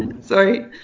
Sorry